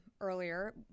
earlier